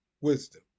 wisdom